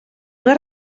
una